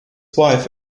wife